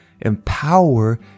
empower